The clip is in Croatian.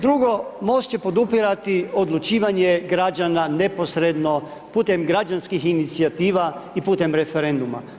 Drugo, MOST će podupirati odlučivanje građana neposredno putem građanskih inicijativa i putem referenduma.